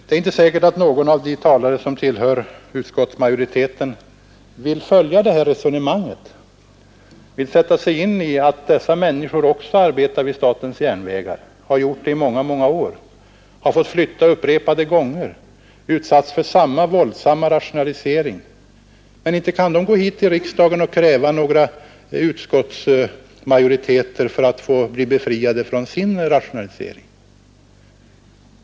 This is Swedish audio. Det är inte säkert att någon av de talare som tillhör utskottsmajoriteten vill följa det resonemanget och sätta sig in i att dessa andra människor också arbetar vid statens järnvägar, har gjort det i många år, har fått flytta upprepade gånger och har utsatts för samma våldsamma rationalisering. Inte kan de gå till riksdagen och kräva att bli befriade från sin rationalisering.